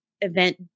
event